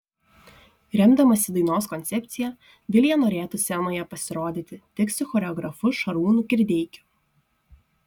remdamasi dainos koncepcija vilija norėtų scenoje pasirodyti tik su choreografu šarūnu kirdeikiu